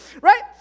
Right